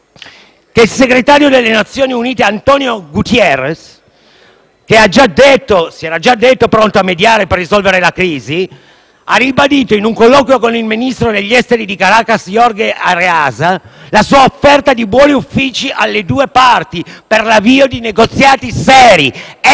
che il segretario generale delle Nazioni Unite António Guterres - già si era detto pronto a mediare per risolvere la crisi - ha ribadito in un colloquio con il ministro degli esteri di Caracas, Jorge Arreaza, la sua offerta di buoni uffici alle due parti per l'avvio di negoziati seri - ecco